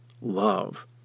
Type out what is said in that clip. love